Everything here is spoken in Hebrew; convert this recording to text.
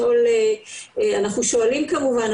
אנחנו שואלים כמובן,